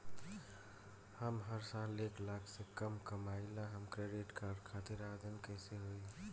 हम हर साल एक लाख से कम कमाली हम क्रेडिट कार्ड खातिर आवेदन कैसे होइ?